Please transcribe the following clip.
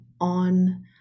on